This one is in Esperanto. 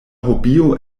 hobio